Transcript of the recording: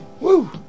Woo